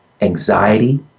anxiety